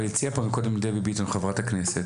אבל הציעה פה קודם דבי ביטון חברת הכנסת,